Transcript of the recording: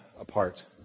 apart